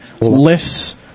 less